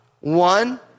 One